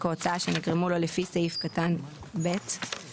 או הוצאה שנגרמו לו לפי סעיף קטן (ב) ---".